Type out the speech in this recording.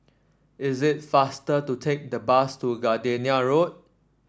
it is faster to take the bus to Gardenia Road